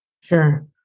Sure